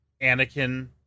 Anakin